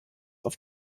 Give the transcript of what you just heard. auf